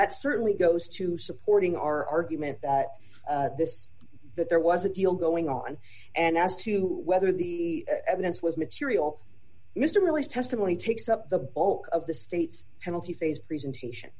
that certainly goes to supporting our argument that this that there was a deal going on and as to whether the evidence was material mr miller's testimony takes up the bulk of the state's penalty phase presentation